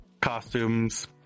costumes